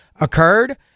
occurred